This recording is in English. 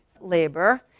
labor